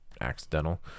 accidental